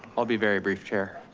i'll be very brief chair.